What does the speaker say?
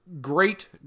great